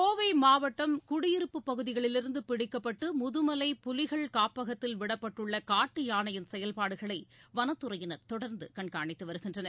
கோவை மாவட்டம் குடியிருப்பு பகுதிகளிலிருந்து பிடிக்கப்பட்டு முதுமலை புலிகள் காப்பகத்தில் விடப்பட்டுள்ள காட்டு யானையின் செயல்பாடுகளை வனத்துறையினர் தொடர்ந்து கண்காணித்து வருகின்றனர்